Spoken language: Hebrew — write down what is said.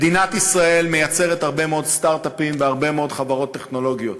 מדינת ישראל מייצרת הרבה מאוד סטרט-אפים והרבה מאוד חברות טכנולוגיות,